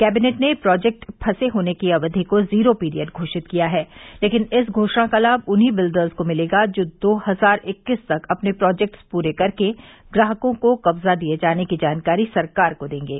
cabinet ने project फंसे होने की अवधि को जीरो पीरियड घोषित किया है लेकिन इस घोषणा का लाभ उन्हीं बिल्डर्स को मिलेगा जो दो हजार इक्कीस तक अपने प्रोजेक्टस पूरे करके ग्राहकों को कब्जा दिये जाने की जानकारी सरकार को देंगे